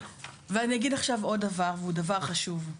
אני אגיד עכשיו עוד דבר והוא דבר חשוב,